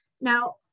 Now